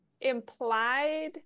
implied